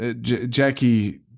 Jackie